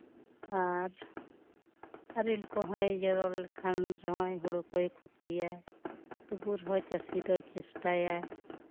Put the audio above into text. ᱟᱨ ᱟᱨᱮᱞ ᱠᱚᱦᱚᱸᱭ ᱡᱚᱨᱚ ᱞᱮᱠᱷᱟᱱ ᱨᱮᱦᱚᱭ ᱦᱳᱲᱳ ᱠᱚᱭ ᱠᱷᱚᱛᱤᱭᱟᱭ ᱛᱩᱵᱩ ᱨᱮᱦᱚᱸ ᱪᱟᱹᱥᱤ ᱫᱚᱭ ᱪᱮᱥᱴᱟᱭᱟᱭ